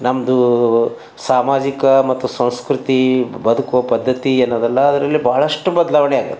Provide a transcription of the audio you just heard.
ನಮ್ಮದು ಸಾಮಾಜಿಕ ಮತ್ತು ಸಂಸ್ಕೃತಿ ಬದುಕೋ ಪದ್ಧತಿ ಏನದಲ್ಲ ಅದರಲ್ಲಿ ಬಹಳಷ್ಟು ಬದಲಾವಣೆ ಆಗ್ಯಾದ